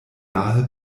nahe